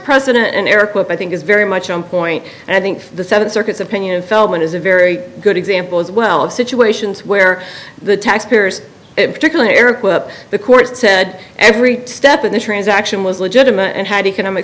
president and eric i think is very much on point and i think the seven circuits opinion feldman is a very good example as well of situations where the taxpayers particularly eric way up the court said every step of the transaction was legitimate and had economic